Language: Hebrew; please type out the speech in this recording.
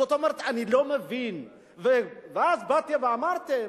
זאת אומרת, אני לא מבין, ואז באתם ואמרתם: